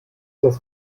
das